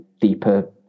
deeper